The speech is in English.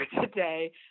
today